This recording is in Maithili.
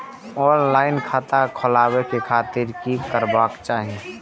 ऑनलाईन खाता खोलाबे के खातिर कि करबाक चाही?